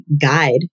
guide